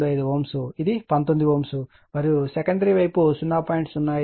25 Ω ఇది 19 Ω మరియు సెకండరీ వైపు 0